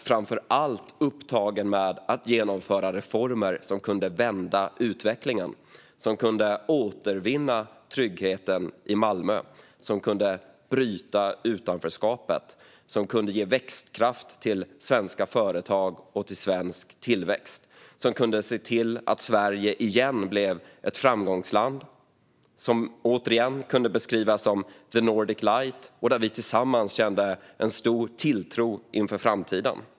Framför allt skulle jag vara upptagen med att genomföra reformer som kunde vända utvecklingen, som kunde återvinna tryggheten i Malmö, som kunde bryta utanförskapet, som kunde ge växtkraft till svenska företag och till svensk tillväxt och som kunde se till att Sverige åter blev ett framgångsland som kunde beskrivas som "the Nordic light", där vi tillsammans kände en stor tilltro inför framtiden.